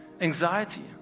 anxiety